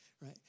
right